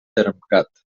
termcat